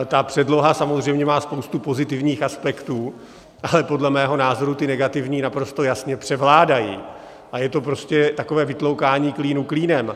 Ta předloha samozřejmě má spoustu pozitivních aspektů, ale podle mého názoru ty negativní naprosto jasně převládají a je to prostě takové vytloukání klínu klínem.